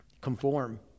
Conform